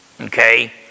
okay